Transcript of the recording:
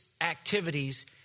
activities